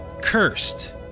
cursed